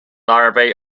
larvae